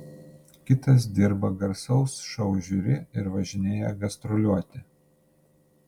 kitas dirba garsaus šou žiuri ir važinėja gastroliuoti